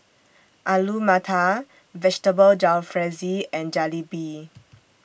Alu Matar Vegetable Jalfrezi and Jalebi